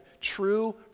true